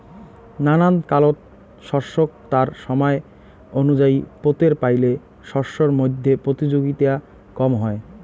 নানান কালত শস্যক তার সমায় অনুযায়ী পোতের পাইলে শস্যর মইধ্যে প্রতিযোগিতা কম হয়